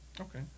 Okay